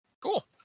Cool